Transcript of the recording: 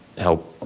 help